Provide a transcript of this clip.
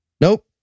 Nope